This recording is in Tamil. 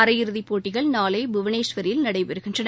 அரையிறுதி போட்டிகள் நாளை புவனேஷ்வரில் நடைபெறுகின்றன